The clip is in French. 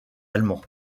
allemands